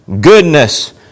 Goodness